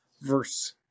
verse